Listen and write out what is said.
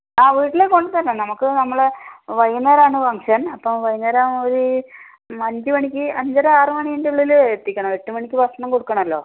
ആ വീട്ടിലേക്ക് കൊണ്ടുവന്ന് തരണം നമുക്ക് നമ്മൾ വൈകുന്നേരം ആണ് ഫംഗ്ഷൻ വൈകുന്നേരം ഒര് അഞ്ച് മണിക്ക് അഞ്ചര ആറ് മണീൻറ്റുള്ളില് എത്തിക്കണം എട്ട് മണിക്ക് ഭക്ഷണം കൊടുക്കണമല്ലോ